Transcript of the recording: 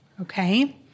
Okay